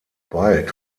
bald